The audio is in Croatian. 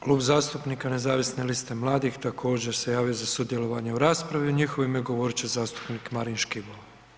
Klub zastupnika Nezavisne liste mladih također se javio za sudjelovanje u raspravi i u njihovo ime govorit će zastupnik Marin Škibola.